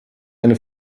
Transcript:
eine